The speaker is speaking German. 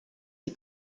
die